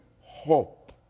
hope